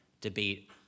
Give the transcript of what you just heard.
debate